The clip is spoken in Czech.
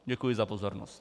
Děkuji za pozornost.